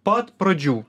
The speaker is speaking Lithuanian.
pat pradžių